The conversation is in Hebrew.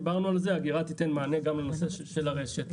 דיברנו על זה, אגירה תיתן מענה גם לנושא של הרשת.